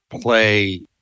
play